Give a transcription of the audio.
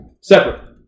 separate